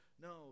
no